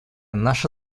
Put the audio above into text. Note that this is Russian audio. наши